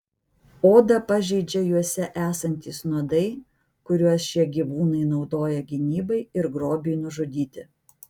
odą pažeidžia juose esantys nuodai kuriuos šie gyvūnai naudoja gynybai ir grobiui nužudyti